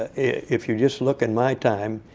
ah if you just look in my time,